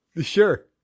Sure